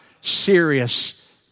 serious